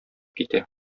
китә